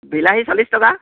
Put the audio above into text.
বিলাহী চল্লিছ টকা